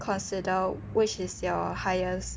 consider which is your highest